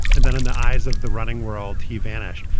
and then in the eyes of the running world, he vanished.